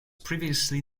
previously